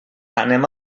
anem